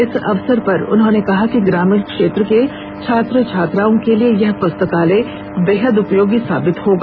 इस अवसर पर उन्होंने कहा कि ग्रामीण क्षेत्र के छात्र छात्राओं के लिए यह पुस्तकालय बेहद उपयोगी साबित होगा